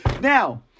Now